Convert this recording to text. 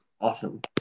awesome